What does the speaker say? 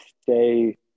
stay